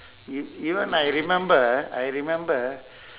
e~ even I remember ah I remember